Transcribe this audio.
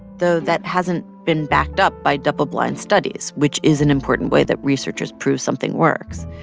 though that hasn't been backed up by double-blind studies, which is an important way that researchers prove something works.